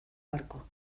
barco